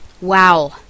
Wow